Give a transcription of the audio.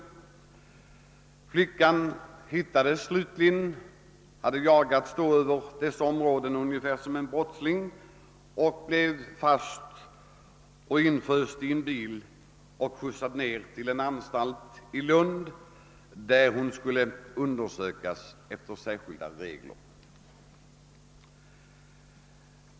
Flickan hittades slutligen; hon hade då jagats över dessa områden ungefär som en brottsling och blev fast och inföst i en bil och skjutsad ned till en anstalt i Lund, där hon skulle undersökas efter särskilda regler.